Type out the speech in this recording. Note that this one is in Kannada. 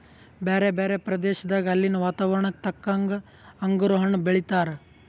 ಬ್ಯಾರೆ ಬ್ಯಾರೆ ಪ್ರದೇಶದಾಗ ಅಲ್ಲಿನ್ ವಾತಾವರಣಕ್ಕ ತಕ್ಕಂಗ್ ಅಂಗುರ್ ಹಣ್ಣ್ ಬೆಳೀತಾರ್